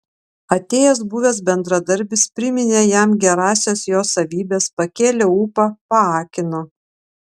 atėjęs buvęs bendradarbis priminė jam gerąsias jo savybes pakėlė ūpą paakino